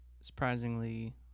Surprisingly